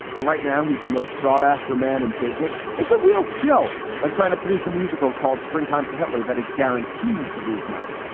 but right now he's the most sought after man in business. it's a real skill like trying to produce a musical called springtime for hitler that is guaranteed to lose money.